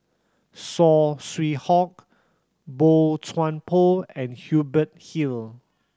Saw Swee Hock Boey Chuan Poh and Hubert Hill